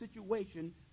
situation